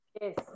Yes